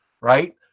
right